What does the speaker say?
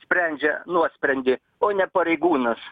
sprendžia nuosprendį o ne pareigūnas